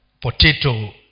potato